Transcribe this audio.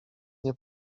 nie